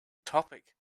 topic